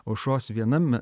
aušros vienam na